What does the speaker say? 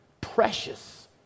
Precious